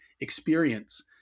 experience